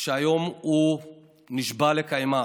שהיום הוא נשבע לקיימה.